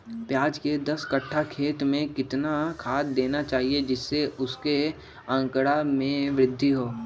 प्याज के दस कठ्ठा खेत में कितना खाद देना चाहिए जिससे उसके आंकड़ा में वृद्धि हो?